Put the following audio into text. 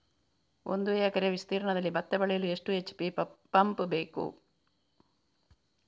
ಒಂದುಎಕರೆ ವಿಸ್ತೀರ್ಣದಲ್ಲಿ ಭತ್ತ ಬೆಳೆಯಲು ಎಷ್ಟು ಎಚ್.ಪಿ ಪಂಪ್ ಬೇಕು?